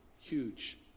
huge